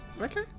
Okay